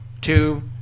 two